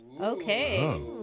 Okay